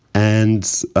and, ah